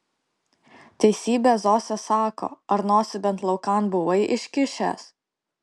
teisybę zosė sako ar nosį bent laukan buvai iškišęs